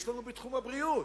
יש לנו בתחום הבריאות,